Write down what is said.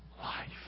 life